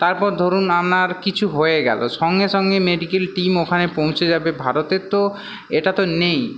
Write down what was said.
তারপরে ধরুন আমনার কিছু হয়ে গেল সঙ্গে সঙ্গে মেডিকেল টিম ওখানে পৌঁছে যাবে ভারতে তো এটা তো নেই